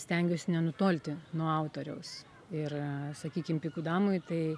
stengiuosi nenutolti nuo autoriaus ir sakykim pikų damoj tai